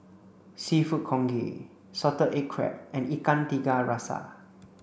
seafood congee salted egg crab and Ikan Tiga Rasa